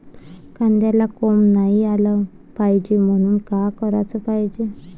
कांद्याला कोंब नाई आलं पायजे म्हनून का कराच पायजे?